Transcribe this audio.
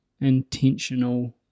intentional